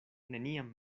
neniam